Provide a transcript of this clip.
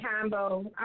combo